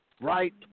Right